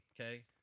okay